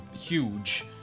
huge